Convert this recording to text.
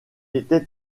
était